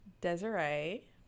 Desiree